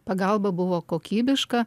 pagalba buvo kokybiška